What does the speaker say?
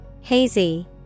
Hazy